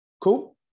Cool